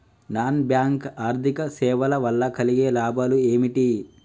Non bank ఆర్థిక సేవల వల్ల కలిగే లాభాలు ఏమిటి?